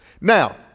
Now